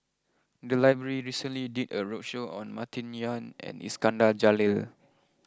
the library recently did a roadshow on Martin Yan and Iskandar Jalil